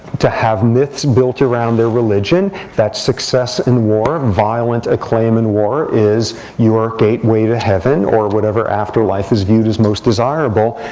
to have myths built around their religion that success in war, violent acclaim in war, is your gateway to heaven, or whatever afterlife is viewed as most desirable.